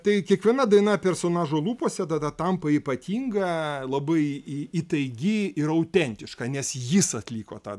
tai kiekviena daina personažo lūpose tada tampa ypatinga labai į įtaigi ir autentiška nes jis atliko tą